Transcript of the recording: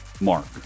mark